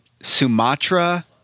Sumatra